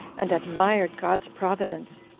and admired god's providence,